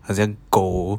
好像狗